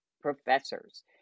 Professors